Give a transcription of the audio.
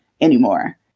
anymore